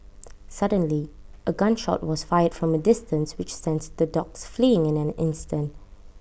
suddenly A gun shot was fired from A distance which sent the dogs fleeing in an instant